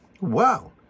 Wow